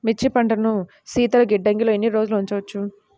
మిర్చి పంటను శీతల గిడ్డంగిలో ఎన్ని రోజులు ఉంచవచ్చు?